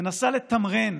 מנסה לתמרן